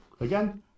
again